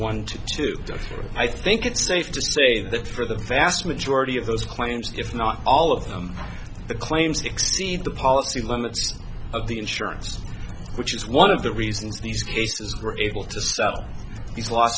three i think it's safe to say that for the vast majority of those claims if not all of them the claim sixteen the policy limits of the insurance which is one of the reasons these cases were able to stop these l